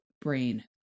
brain